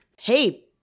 hey